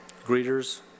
greeters